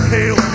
Hail